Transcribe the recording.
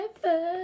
forever